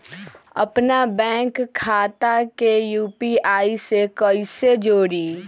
अपना बैंक खाता के यू.पी.आई से कईसे जोड़ी?